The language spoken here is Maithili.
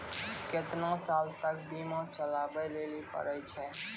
केतना साल तक बीमा चलाबै लेली पड़ै छै?